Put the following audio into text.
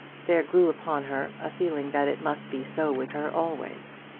there grew upon her a feeling that it must be so with her always.